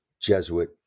Jesuit